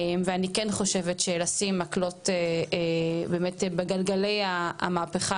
אני חושבת שלשים מקלות בגלגלי המהפכה